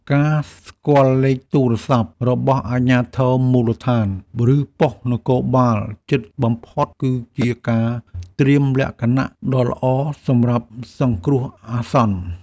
ការស្គាល់លេខទូរស័ព្ទរបស់អាជ្ញាធរមូលដ្ឋាន ឬប៉ុស្តិ៍នគរបាលជិតបំផុតគឺជាការត្រៀមលក្ខណៈដ៏ល្អសម្រាប់សង្គ្រោះអាសន្ន។